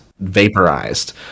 vaporized